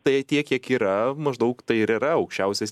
tai tiek kiek yra maždaug tai ir yra aukščiausias